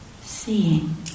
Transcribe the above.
seeing